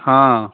हँ